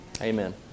Amen